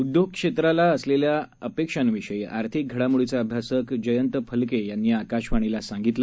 उद्योग क्षेत्राला असलेल्या अपेक्षांविषयी आर्थिक घडामोडीचे अभ्यासक जयंत फलके यांनी आकाशवाणीला सांगितलं